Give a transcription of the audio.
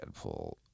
Deadpool